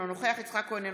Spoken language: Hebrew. אינו נוכח יצחק כהן,